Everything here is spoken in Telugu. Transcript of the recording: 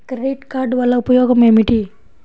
క్రెడిట్ కార్డ్ వల్ల ఉపయోగం ఏమిటీ?